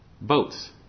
boats